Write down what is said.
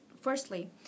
Firstly